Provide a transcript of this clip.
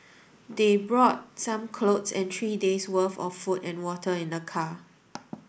they brought some clothes and three days' worth of food and water in their car